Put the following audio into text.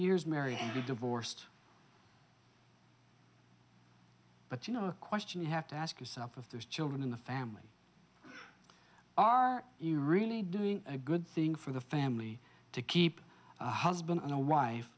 years marry and get divorced but you know a question you have to ask yourself if there's children in the family are you really doing a good thing for the family to keep a husband and a wife